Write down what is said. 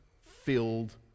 filled